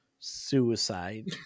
suicide